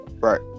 Right